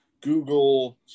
Google